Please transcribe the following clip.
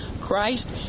christ